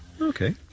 Okay